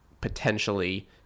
potentially